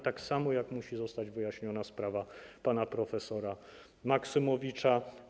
Tak samo jak musi zostać wyjaśniona sprawa pana prof. Maksymowicza.